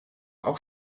auch